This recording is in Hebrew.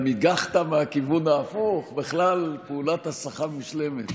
גם הגחת מהכיוון ההפוך, בכלל פעולת הסחה מושלמת.